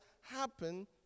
happen